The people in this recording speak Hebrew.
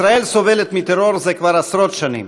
ישראל סובלת מטרור זה כבר עשרות שנים,